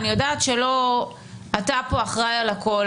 אני יודעת שלא אתה פה אחראי על הכול,